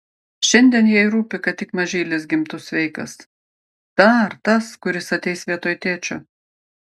šiandien jai rūpi kad tik mažylis gimtų sveikas ta ar tas kuris ateis vietoj tėčio